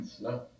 No